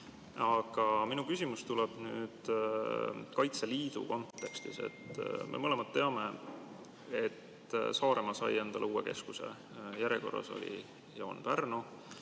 Aga minu küsimus tuleb Kaitseliidu kontekstis. Me mõlemad teame, et Saaremaa sai endale uue keskuse, järjekorras oli ja on Pärnu,